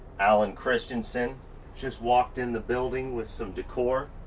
allen christianson just walked in the building with some decor.